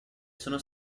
sono